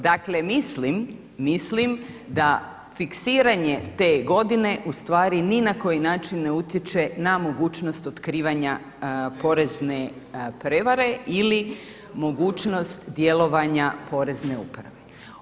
Dakle mislim, mislim da fiksiranje te godine ustvari ni na koji način ne utječe na mogućnost otkrivanja porezne prevare ili mogućnost djelovanja porezne uprave.